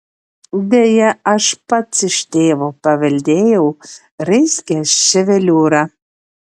deja aš pats iš tėvo paveldėjau raizgią ševeliūrą